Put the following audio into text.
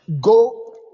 go